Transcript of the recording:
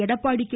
Edappadi K